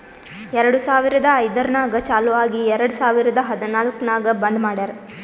ಎರಡು ಸಾವಿರದ ಐಯ್ದರ್ನಾಗ್ ಚಾಲು ಆಗಿ ಎರೆಡ್ ಸಾವಿರದ ಹದನಾಲ್ಕ್ ನಾಗ್ ಬಂದ್ ಮಾಡ್ಯಾರ್